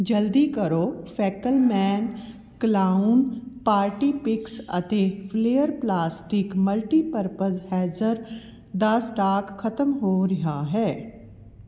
ਜਲਦੀ ਕਰੋ ਫੈਕਲਮੈਨ ਕਲਾਊਨ ਪਾਰਟੀ ਪਿਕਸ ਅਤੇ ਫਲੇਅਰ ਪਲਾਸਟਿਕ ਮਲਟੀਪਰਪਜ਼ ਹੈਂਜਰ ਦਾ ਸਟਾਕ ਖਤਮ ਹੋ ਰਿਹਾ ਹੈ